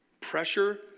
Pressure